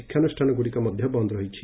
ଶିକ୍ଷାନୁଷାନଗୁଡ଼ିକ ମଧ୍ଧ ବନ୍ଦ ରହିଛି